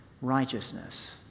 righteousness